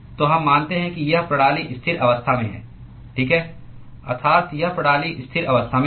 तो हम मानते हैं कि यह प्रणाली स्थिर अवस्था में है ठीक है अर्थात यह प्रणाली स्थिर अवस्था में है